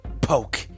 poke